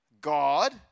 God